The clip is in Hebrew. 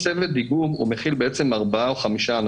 ולכן מדי פעם נכון שנבדוק את עצמנו בערכות הביתיות או נבדוק את הילדים